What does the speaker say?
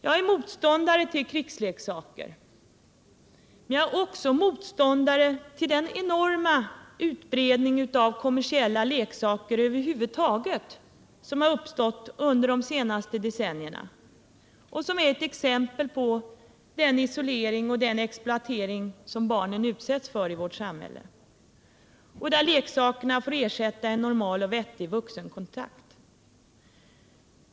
Jag är motståndare till krigsleksaker, men jag är också motståndare till den enorma utbredning av kommersiella leksaker över huvud taget som har uppstått under de senaste decennierna och som är ett exempel på den isolering och den exploatering som barnen utsätts för i vårt samhälle, där leksakerna får ersätta en normal och vettig vuxenkontakt.